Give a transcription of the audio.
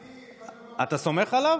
אופיר, אני הייתי חבר, אתה סומך עליו?